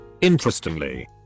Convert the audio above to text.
Interestingly